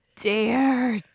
dare